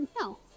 No